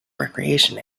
recreation